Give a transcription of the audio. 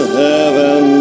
heaven